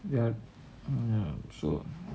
ya so